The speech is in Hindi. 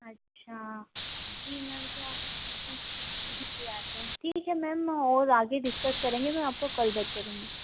अच्छा जी मैम तो अपन यही ले आते हैं ठीक है मैम और आगे डिस्कस करेंगे मैं आपको कॉल बैक करूँगी